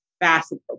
facet